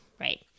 right